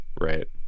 Right